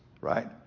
right